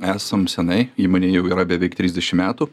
esam seniai įmonei jau yra beveik trisdešim metų